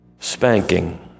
spanking